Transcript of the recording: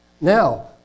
Now